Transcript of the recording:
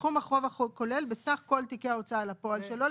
סכום החוב הכולל בסך כל תיקי ההוצאה לפועל שלו,